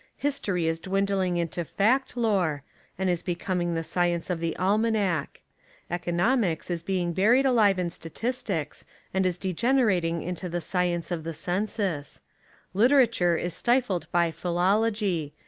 history is dwindling into fact lore and is becoming the science of the almanac economics is being buried alive in statistics and is degenerating into the science of the census literature is stifled by philology,